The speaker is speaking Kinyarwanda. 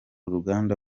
uruganda